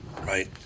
right